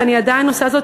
ואני עדיין עושה זאת,